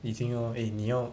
已经 uh eh 你要